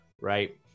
right